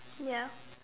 ya